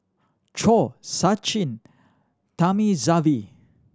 Choor Sachin Thamizhavel